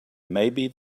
maybe